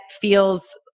feels